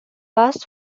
last